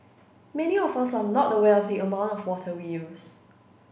many of us are not aware of the amount of water we use